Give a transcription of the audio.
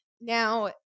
Now